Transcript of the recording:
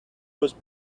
was